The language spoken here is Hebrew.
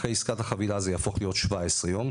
אחרי עסקת החבילה זה יהפוך להיות 17 יום,